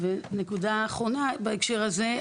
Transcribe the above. נקודה אחרונה בהקשר הזה,